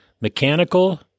mechanical